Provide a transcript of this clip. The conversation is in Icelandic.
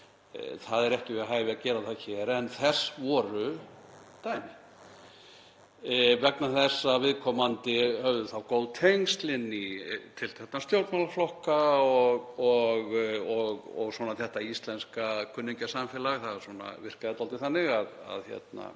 Það er ekki við hæfi að gera það hér, en þess voru dæmi vegna þess að viðkomandi höfðu þá góð tengsl inn í tiltekna stjórnmálaflokka. Þetta íslenska kunningjasamfélag virkaði dálítið þannig að